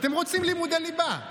אתם רוצים לימודי ליבה.